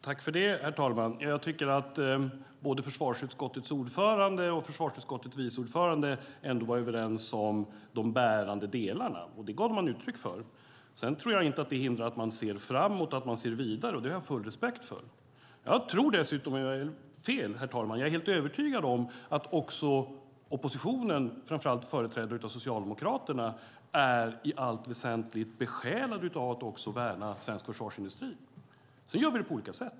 Herr talman! Försvarsutskottets ordförande och försvarsutskottets vice ordförande var ändå överens om de bärande delarna. Det gav de uttryck för. Det hindrar inte att man ser framåt. Det har jag full respekt för. Jag är helt övertygad om att också oppositionen, framför allt företrädda av Socialdemokraterna, i allt väsentligt är besjälade av att värna svensk försvarsindustri. Vi gör det på olika sätt.